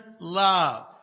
love